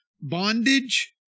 bondage